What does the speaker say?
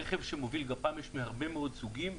רכב שמוביל גפ"מ, יש הרבה מאוד סוגים.